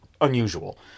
unusual